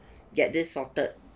get this sorted